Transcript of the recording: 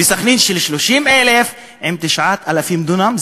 וסח'נין, של 30,000, עם 9,000 דונם.